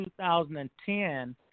2010